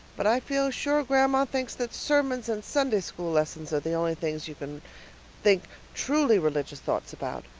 but i feel sure grandma thinks that sermons and sunday school lessons are the only things you can think truly religious thoughts about.